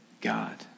God